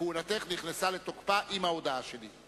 וכהונתך נכנסה לתוקפה עם ההודעה שלי.